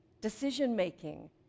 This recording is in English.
decision-making